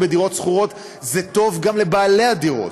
בדירות שכורות זה טוב גם לבעלי הדירות.